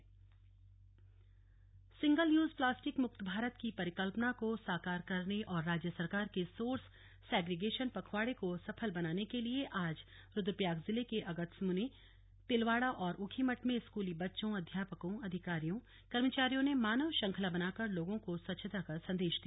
मानव श्रंखला Rudraprayag single use plastic मुक्त भारत की परिकल्पना को साकार करने और राज्य सरकार के सोर्स सेग्रीगेशन पखवाड़े को सफल बनाने के लिए आज रुद्रप्रयाग जिले के अगस्त्यमुनि तिलवाड़ा और ऊखीमठ में स्कूली बच्चों अध्यापकों अधिकारियों कर्मचारियों ने मानव श्रृंखला बनाकर लोगों को स्वच्छता का संदेश दिया